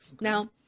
now